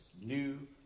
new